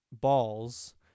balls